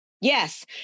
Yes